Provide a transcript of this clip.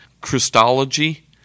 Christology